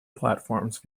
platforms